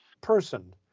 person